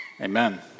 amen